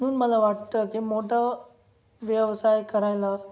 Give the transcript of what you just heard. म्हणून मला वाटतं की मोठं व्यवसाय करायला